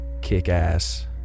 kick-ass